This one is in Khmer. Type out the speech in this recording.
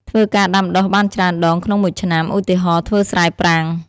ធ្វើការដាំដុះបានច្រើនដងក្នុងមួយឆ្នាំ ឧទាហរណ៍ ធ្វើស្រែប្រាំង។